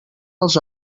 els